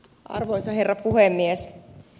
arvoisa herra puhemies